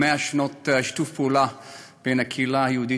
100 שנות שיתוף פעולה בין הקהילה היהודית